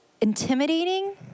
intimidating